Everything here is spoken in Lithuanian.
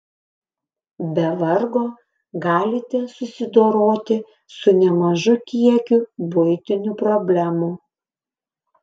be vargo galite susidoroti su nemažu kiekiu buitinių problemų